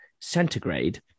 centigrade